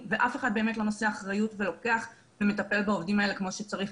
ואף אחד באמת לא נושא אחריות ולוקח ומטפל בעובדים האלה כמו שצריך.